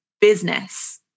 business